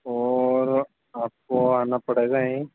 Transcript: और आपको आना पड़ेगा यही